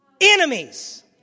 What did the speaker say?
enemies